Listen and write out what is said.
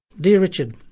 dear richard